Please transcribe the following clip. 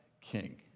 king